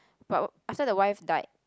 but after the wife died